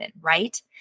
right